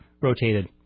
rotated